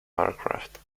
aircraft